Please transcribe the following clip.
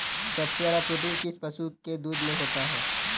सबसे ज्यादा प्रोटीन किस पशु के दूध में होता है?